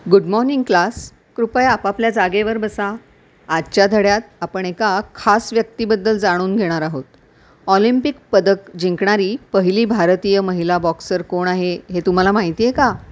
good morning class कृपया आपापल्या जागेवर बसा आजच्या धड्यात आपण एका खास व्यक्तीबद्दल जाणून घेणार आहोत ऑलिम्पिक पदक जिंकणारी पहिली भारतीय महिला बॉक्सर कोण आहे हे तुम्हाला माहिती आहे का